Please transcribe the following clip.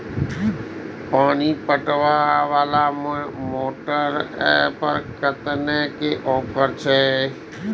पानी पटवेवाला मोटर पर केतना के ऑफर छे?